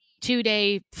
two-day